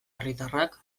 herritarrak